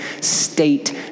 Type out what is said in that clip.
state